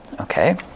Okay